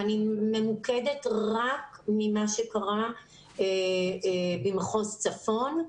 אני ממוקדת רק במה שקרה במחוז צפון.